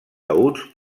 taüts